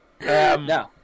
No